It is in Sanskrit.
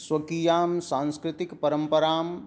स्वकीयां सांस्कृतिकपरम्परां